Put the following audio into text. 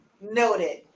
noted